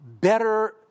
better